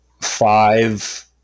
five